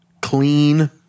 clean